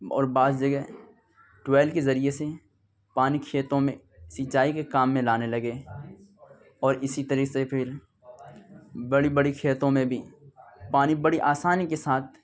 اور بعض جگہ ٹویل کے ذریعہ سے پانی کھیتوں میں سینچائی کے کام میں لانے لگے اور اسی طرح سے پھر بڑی بڑی کھیتوں میں بھی پانی بڑی آسانی کے ساتھ